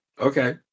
Okay